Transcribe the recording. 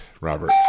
Robert